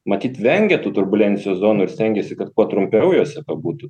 matyt vengia tų turbulencijos zonų ir stengiasi kad kuo trumpiau jose pabūtų